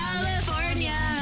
California